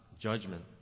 judgment